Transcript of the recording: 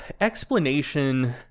explanation